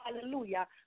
hallelujah